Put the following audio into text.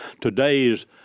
today's